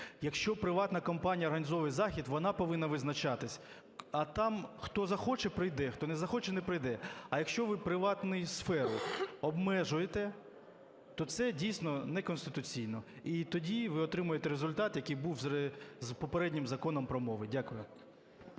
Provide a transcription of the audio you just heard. Якщо приватна компанія організовує захід, вона повинна визначатись. А там: хто захоче – прийде, хто не захоче – не прийде. А якщо ви приватну сферу обмежуєте, то це дійсно неконституційно. І тоді ви отримаєте результат, який був з попереднім законом про мови. Дякую.